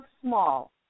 small